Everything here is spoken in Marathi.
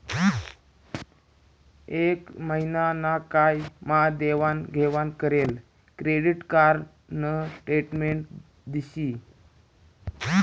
एक महिना ना काय मा देवाण घेवाण करेल क्रेडिट कार्ड न स्टेटमेंट दिशी